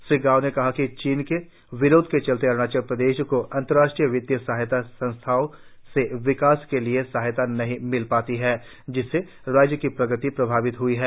श्री गाव ने कहा कि चीन के विरोध के चलते अरुणाचल प्रदेश को अंतर्राष्ट्रीय वित्तीय संस्थाओं से विकास के लिए सहायता नहीं मिल पाती है जिससे राज्य की प्रगति प्रभावित हई है